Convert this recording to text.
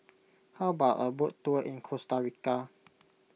how about a boat tour in Costa Rica